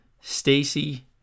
stacy